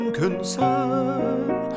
concern